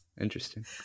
Interesting